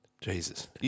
Jesus